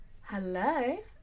Hello